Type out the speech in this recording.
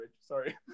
sorry